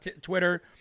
Twitter